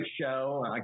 show